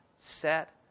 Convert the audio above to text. set